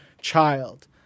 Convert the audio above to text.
child